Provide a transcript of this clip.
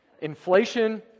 inflation